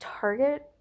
target